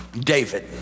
David